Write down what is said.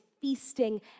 feasting